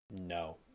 No